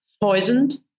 poisoned